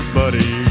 buddy